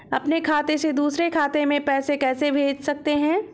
अपने खाते से दूसरे खाते में पैसे कैसे भेज सकते हैं?